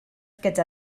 gyda